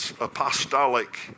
apostolic